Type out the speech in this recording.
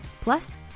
plus